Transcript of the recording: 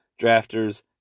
Drafters